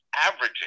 averaging